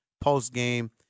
post-game